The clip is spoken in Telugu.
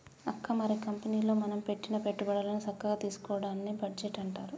అక్క మరి కంపెనీలో మనం పెట్టిన పెట్టుబడులను సక్కగా తీసుకోవడాన్ని డెబ్ట్ అంటారు